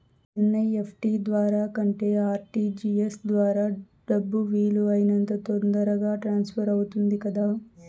NEFT ద్వారా కంటే RTGS ద్వారా డబ్బు వీలు అయినంత తొందరగా ట్రాన్స్ఫర్ అవుతుంది కదా